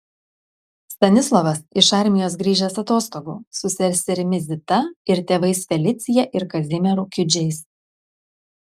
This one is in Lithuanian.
stanislovas iš armijos grįžęs atostogų su seserimi zita ir tėvais felicija ir kazimieru kiudžiais